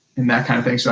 and that kind of thing, so